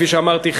כפי שאמרתי,